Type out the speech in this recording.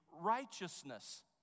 righteousness